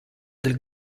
del